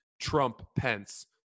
Trump-Pence